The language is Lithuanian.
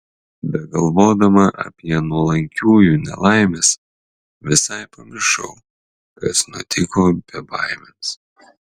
begalvodama apie nuolankiųjų nelaimes visai pamiršau kas nutiko bebaimiams